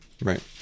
Right